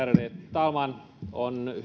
talman on